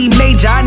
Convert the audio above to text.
major